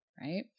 right